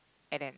and then